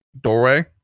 doorway